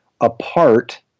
apart